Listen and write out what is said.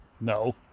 no